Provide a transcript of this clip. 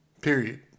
Period